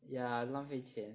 ya 浪费钱